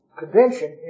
convention